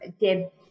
Deb